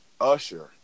Usher